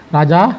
Raja